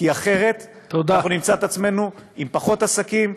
כי אחרת אנחנו נמצא את עצמנו עם פחות עסקים,